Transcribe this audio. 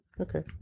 Okay